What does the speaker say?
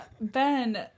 Ben